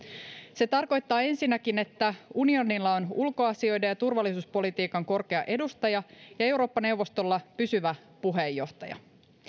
se tarkoittaa ensinnäkin että unionilla on ulkoasioiden ja turvallisuuspolitiikan korkea edustaja ja eurooppa neuvostolla pysyvä puheenjohtaja